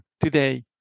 today